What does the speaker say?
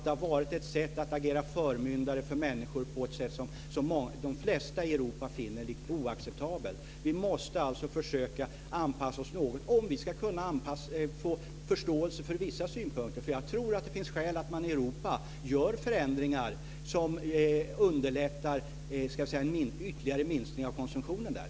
Det har varit ett sätt att agera förmyndare för människor på ett sätt som de flesta i Europa finner oacceptabelt. Vi måste försöka att anpassa oss något om vi ska kunna få förståelse för vissa synpunkter. Jag tror att det finns skäl att man i Europa gör förändringar som underlättar en ytterligare minskning av konsumtionen där.